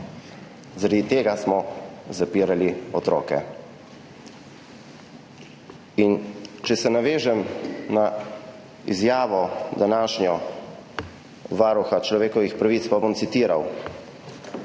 Zaradi tega smo zapirali otroke. In če se navežem na današnjo izjavo varuha človekovih pravic, bom citiral: